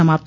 समाप्त